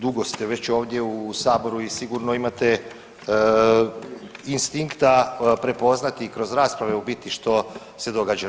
Dugo ste već ovdje u Saboru i sigurno imate instinkta prepoznati i kroz rasprave u biti što se događa.